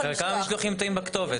כמה משלוחים טועים בכתובת?